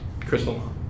Crystal